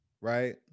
right